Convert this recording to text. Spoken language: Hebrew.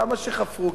כמה שחפרו,